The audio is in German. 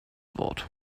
wort